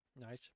Nice